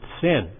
sin